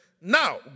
Now